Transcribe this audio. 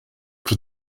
for